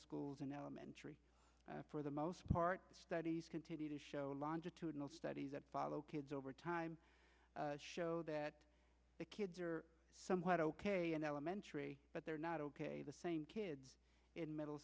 schools and elementary for the most part studies continue to show longitudinal studies that follow kids over time show that the kids are somewhat ok and elementary but they're not ok the same kids in middle